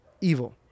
evil